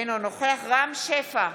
אינו נוכח רם שפע,